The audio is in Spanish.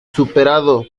superado